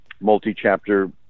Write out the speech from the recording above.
multi-chapter